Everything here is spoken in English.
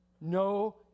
No